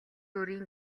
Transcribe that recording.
өөрийн